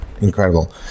Incredible